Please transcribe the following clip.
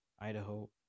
Idaho